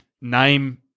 name